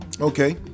Okay